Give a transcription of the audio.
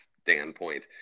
standpoint